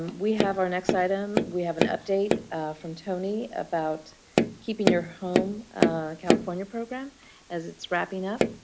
we have our next item. we have an update from tony about keeping your home california program as it's wrapping up.